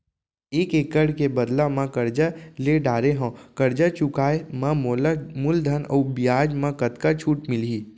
एक एक्कड़ के बदला म करजा ले डारे हव, करजा चुकाए म मोला मूलधन अऊ बियाज म कतका छूट मिलही?